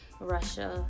Russia